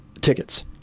tickets